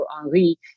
Henry